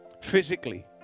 physically